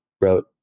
wrote